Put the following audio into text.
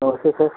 नमस्ते सर